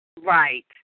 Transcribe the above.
Right